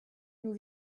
nous